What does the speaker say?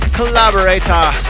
Collaborator